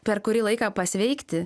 per kurį laiką pasveikti